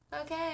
okay